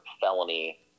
felony